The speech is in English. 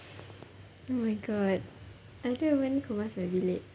oh my god I don't even kemas my bilik